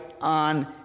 on